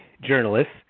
journalists